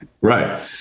Right